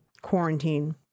quarantine